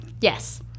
yes